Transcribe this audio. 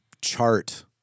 chart